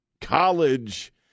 College